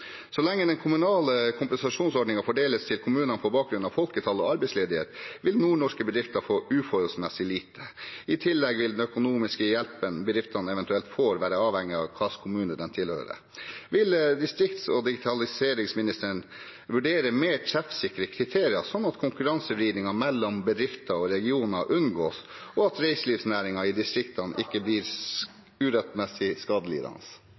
Så lenge den kommunale kompensasjonsordningen fordeles til kommunene på bakgrunn av folketall og arbeidsledighet, vil nordnorske bedrifter få uforholdsmessig lite. I tillegg vil den økonomiske hjelpen bedriftene eventuelt får, være avhengig av hvilken kommune de tilhører. Vil distrikts- og digitaliseringsministeren vurdere mer treffsikre kriterier, sånn at konkurransevridningen mellom bedrifter og regioner unngås, og at reiselivsnæringen i distriktene ikke blir urettmessig skadelidende?